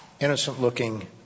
innocent-looking